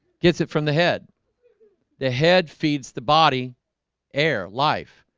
gets it from the head the head feeds the body air life.